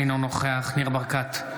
אינו נוכח ניר ברקת,